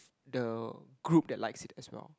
the group that likes it as well